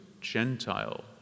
Gentile